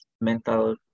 mental